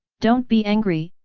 don't be angry,